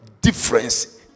difference